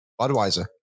Budweiser